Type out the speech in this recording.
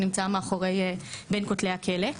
שנמצא בין כותלי הכלא.